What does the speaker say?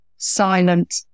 silent